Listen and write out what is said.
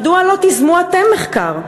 מדוע לא תיזמו אתם מחקר?